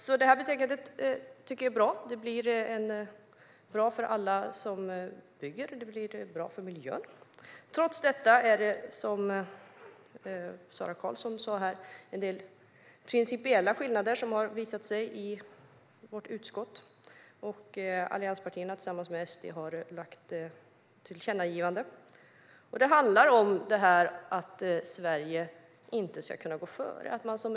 Jag tycker att förslaget i betänkandet är bra. Det blir bra för alla som bygger. Det blir bra för miljön. Trots detta har, som Sara Karlsson sa, en del principiella skillnader visat sig i vårt utskott. Allianspartierna har tillsammans med SD lagt fram tillkännagivanden. Det handlar om att Sverige inte ska kunna gå före.